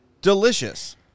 delicious